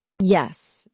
Yes